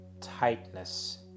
tightness